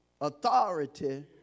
authority